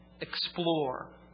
explore